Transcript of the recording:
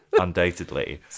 Undoubtedly